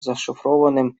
зашифрованным